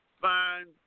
find